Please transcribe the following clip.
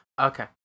Okay